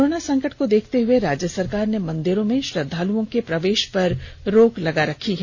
corona संकट को देखते हुए राज्य सरकार ने मंदिरों में श्रद्वालुओं के प्रवेश पर रोक लगा रखी है